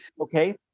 okay